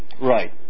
right